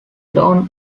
dawn